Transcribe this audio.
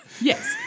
Yes